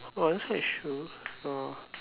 oh that's quite true ah